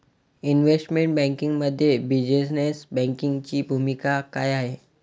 Investment बँकिंगमध्ये business बँकिंगची भूमिका काय आहे?